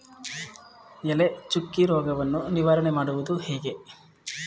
ಎಲೆ ಚುಕ್ಕಿ ರೋಗವನ್ನು ನಿವಾರಣೆ ಮಾಡುವುದು ಹೇಗೆ?